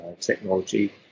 technology